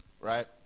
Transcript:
Right